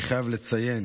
אני חייב לציין את